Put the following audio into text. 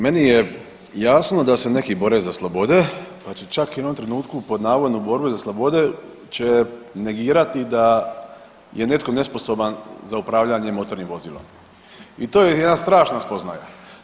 Meni je jasno da se neki bore za slobode, znači čak u jednom trenutku pod navodnom borbe za slobode će negirati da je netko nesposoban za upravljanje motornim vozilom i to je jedna strašna spoznaja.